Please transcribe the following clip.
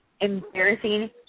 embarrassing